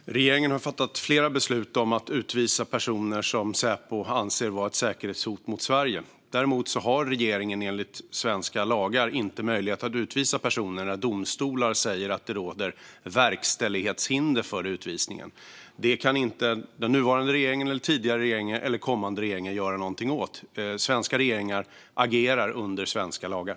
Herr talman! Regeringen har fattat flera beslut om att utvisa personer som Säpo anser vara säkerhetshot mot Sverige. Däremot har regeringen enligt svenska lagar inte möjlighet att utvisa personer när domstolar säger att det finns verkställighetshinder för utvisningen. Det kan inte den nuvarande regeringen, tidigare regeringar eller kommande regeringar göra något åt. Svenska regeringar agerar under svenska lagar.